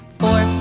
four